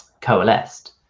coalesced